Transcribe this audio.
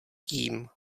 tím